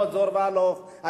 הלוך וחזור,